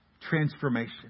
transformation